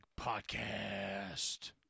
Podcast